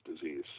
disease